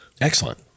Excellent